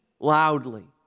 loudly